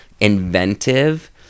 inventive